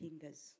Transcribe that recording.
fingers